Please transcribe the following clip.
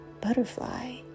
butterfly